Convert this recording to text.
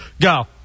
Go